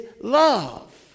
love